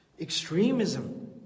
Extremism